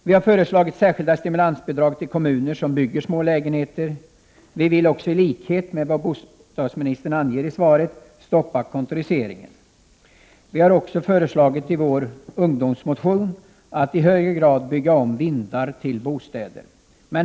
Vi har föreslagit särskilda stimulansbidrag till kommuner som bygger små lägenheter. I likhet med vad bostadsministern anger i svaret vill vi stoppa kontoriseringen. I vår ungdomsmotion har vi också föreslagit att vindar i högre grad skall byggas om till bostäder.